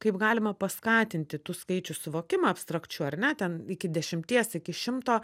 kaip galima paskatinti tų skaičių suvokimą abstrakčių ar ne ten iki dešimties iki šimto